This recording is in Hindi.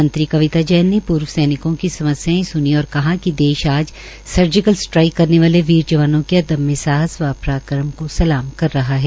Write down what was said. मंत्री कविता जैन ने पूर्व सैनिकों की समस्याएं सुनी और कहा कि देश आज सर्जिकल स्ट्राईक करने वाले वीर जवानों के अदम्य साहस व पराक्रम को सलाम कर रहा है